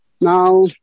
Now